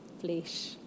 flesh